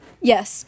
Yes